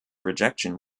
rejection